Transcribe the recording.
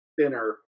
thinner